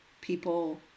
people